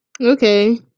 Okay